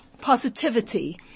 positivity